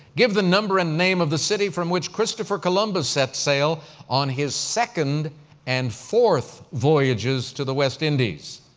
give the number and name of the city from which christopher columbus set sail on his second and fourth voyages to the west indies.